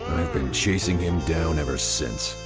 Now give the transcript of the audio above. been chasing him down ever since.